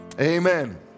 Amen